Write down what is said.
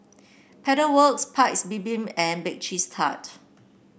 Pedal Works Paik's Bibim and Bake Cheese Tart